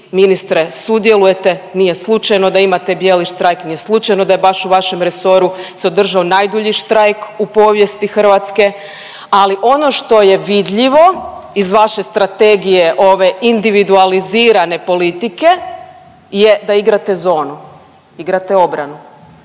ministre sudjelujete. Nije slučajno da imate bijeli štrajk, nije slučajno da je baš u vašem resoru se održao najdulji štrajk u povijesti Hrvatske, ali ono što je vidljivo iz vaše strategije ove individualizirane politike je da igrate zonu, igrate obranu.